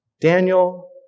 Daniel